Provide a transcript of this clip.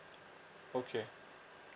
okay